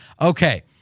okay